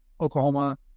Oklahoma